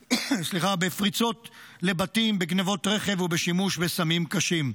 בפריצות לבתים, בגנבות רכב ובשימוש בסמים קשים.